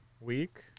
week